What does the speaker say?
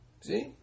see